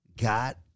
got